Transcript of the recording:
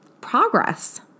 progress